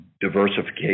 diversification